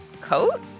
coat